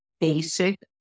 basic